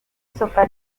sopra